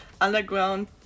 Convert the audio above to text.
underground